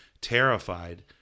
terrified